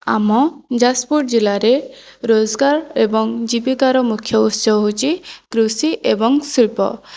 ଆମ ଯାଜପୁର ଜିଲ୍ଲାରେ ରୋଜଗାର ଏବଂ ଜୀବିକାର ମୁଖ୍ୟ ଉତ୍ସ ହେଉଛି କୃଷି ଏବଂ ଶିଳ୍ପ